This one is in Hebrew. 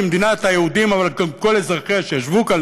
מדינת היהודים אבל גם כל אזרחיה שישבו כאן,